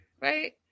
right